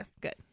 Good